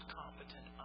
competent